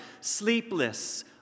Sleepless